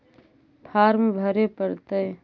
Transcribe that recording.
Farm भरे परतय?